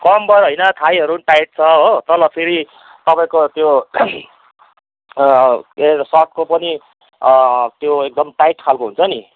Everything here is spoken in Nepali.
कम्मर होइनन थाइहरू टाइट छ हो तल फेरि तपाईँको त्यो ए सर्टको पनि त्यो एकदम टाइट खालको हुन्छ नि